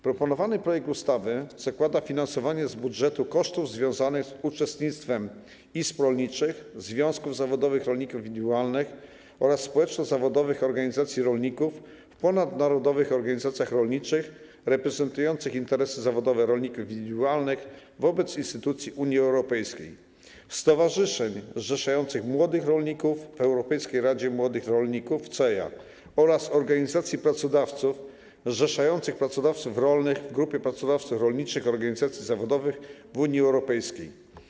Proponowany projekt ustawy zakłada finansowanie z budżetu kosztów związanych z uczestnictwem izb rolniczych, związków zawodowych rolników indywidualnych oraz społeczno-zawodowych organizacji rolników w ponadnarodowych organizacjach rolniczych reprezentujących interesy zawodowe rolników indywidualnych wobec instytucji Unii Europejskiej; stowarzyszeń zrzeszających młodych rolników w Europejskiej Radzie Młodych Rolników (CEJA); organizacji pracodawców zrzeszających pracodawców rolnych w Grupie Pracodawców Rolniczych Organizacji Zawodowych Unii Europejskiej.